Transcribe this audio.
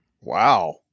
Wow